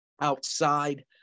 outside